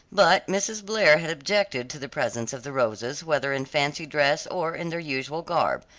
but mrs. blair had objected to the presence of the rosas whether in fancy dress, or in their usual garb,